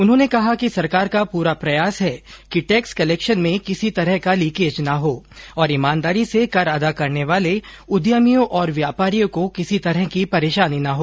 उन्होंने कहा कि सरकार का पूरा प्रयास है कि टैक्स कलेक्शन में किसी तरह का लीकेज ना हो और ईमानदारी से कर अदा करने वाले उद्यमियों और व्यापारियों को किसी तरह की परेशानी न हो